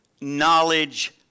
knowledge